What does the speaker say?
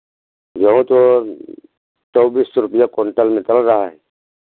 गेहूँ तो चौबीस सौ रुपैया क्विंटल निकल रहा है